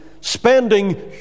spending